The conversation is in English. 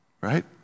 Right